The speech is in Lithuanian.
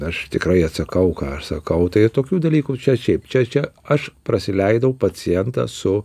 aš tikrai atsakau ką aš sakau tai tokių dalykų čia šiaip čia čia aš prasileidau pacientą su